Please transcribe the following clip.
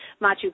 Machu